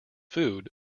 food